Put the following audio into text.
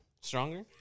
Stronger